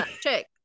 check